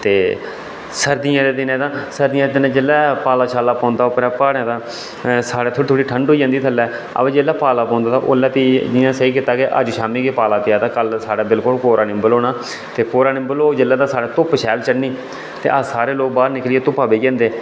ते सर्दियें दे दिनें ते सर्दियें दे दिनें जेल्लै पाला पौंदा उप्परा प्हाड़ें तां ते साढ़े थोह्ड़ी थोह्ड़ी ठंड होई जंदी थल्लै ते जेल्लै पाला पौंदा ते भी जेल्लै सेही होंदा कि शामीं गै पाला पेआ ते शामी बिल्कुल पूरा निम्बल होना ते कोरा निम्बल होग ते साढ़े धुप्प शैल चढ़नी ते अस सारे लोक बाहर निकलियै धुप्पा बेही जंदे